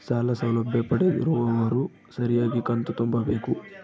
ಸಾಲ ಸೌಲಭ್ಯ ಪಡೆದಿರುವವರು ಸರಿಯಾಗಿ ಕಂತು ತುಂಬಬೇಕು?